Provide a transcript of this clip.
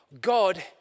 God